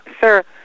Sir